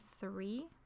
three